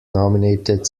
nominated